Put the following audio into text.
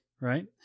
right